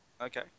Okay